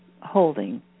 holding